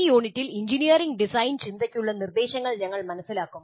ഈ യൂണിറ്റിൽ engineering design ചിന്തയ്ക്കുള്ള നിർദ്ദേശങ്ങൾ ഞങ്ങൾ മനസ്സിലാക്കും